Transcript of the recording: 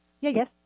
Yes